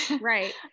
right